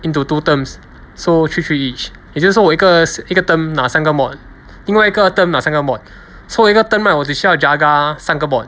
into two terms so three three each 也就是说我一个一个 term 拿三个 mod 另外一个 term 拿三个 mod so 一个 term right 我只需要 jaga 三个 mod